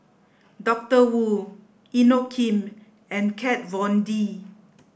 Doctor Wu Inokim and Kat Von D